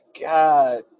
God